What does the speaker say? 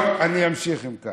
טוב, אני אמשיך, אם כך.